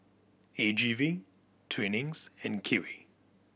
A G V Twinings and Kiwi